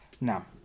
Now